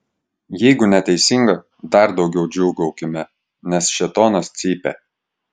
jeigu neteisinga dar daugiau džiūgaukime nes šėtonas cypia